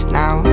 now